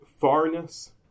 farness